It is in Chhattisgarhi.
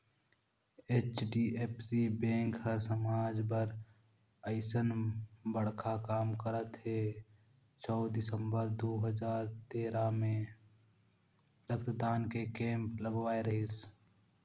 एच.डी.एफ.सी बेंक हर समाज बर अइसन बड़खा काम करत हे छै दिसंबर दू हजार तेरा मे रक्तदान के केम्प लगवाए रहीस